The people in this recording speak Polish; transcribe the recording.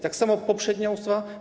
Tak samo poprzednia ustawa.